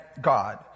God